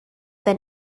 then